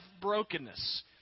brokenness